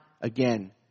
again